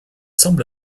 semble